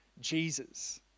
Jesus